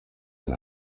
ein